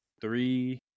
three